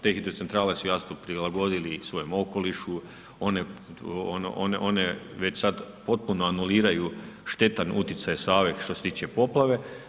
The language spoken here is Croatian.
Te hidrocentrale su, jasno, prilagodili svojem okolišu, one već sad potpuno anuliraju štetan utjecaj Save što se tiče poplave.